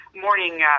morning